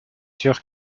sûr